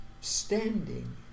standing